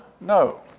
No